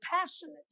passionate